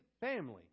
family